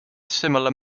similar